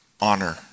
Honor